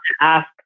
ask